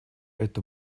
это